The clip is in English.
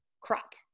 crop